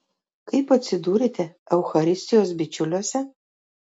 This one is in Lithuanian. kaip atsidūrėte eucharistijos bičiuliuose